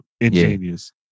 ingenious